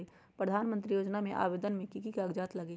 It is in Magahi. प्रधानमंत्री योजना में आवेदन मे की की कागज़ात लगी?